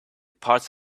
parts